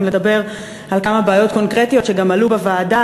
לדבר על כמה בעיות קונקרטיות שגם עלו בוועדה,